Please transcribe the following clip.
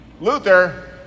Luther